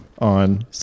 On